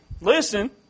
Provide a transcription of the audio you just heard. listen